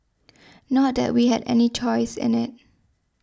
not that we had any choice in it